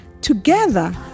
Together